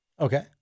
Okay